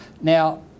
Now